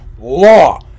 law